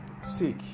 Seek